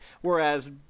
whereas